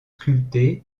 sculptées